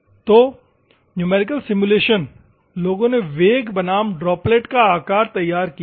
तो numerical simulation लोगों ने वेग बनाम ड्रॉपलेट का आकार तैयार किया है